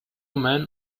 man